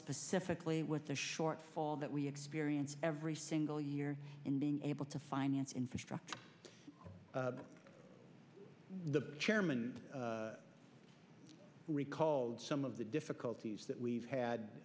specifically with the shortfall that we experience every single year and being able to finance infrastructure the chairman recalled some of the difficulties that we've